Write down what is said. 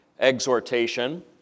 exhortation